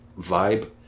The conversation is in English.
vibe